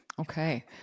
Okay